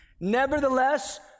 Nevertheless